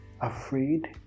afraid